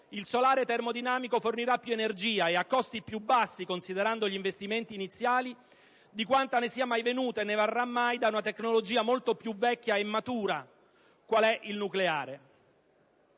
il solare termodinamico fornirà più energia, e a costi più bassi considerando gli investimenti iniziali, di quanta ne sia mai venuta e ne verrà mai da una tecnologia molto più vecchia e matura come il nucleare.